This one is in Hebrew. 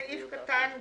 סעיף קטן (ג)